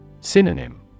Synonym